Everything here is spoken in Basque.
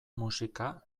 musika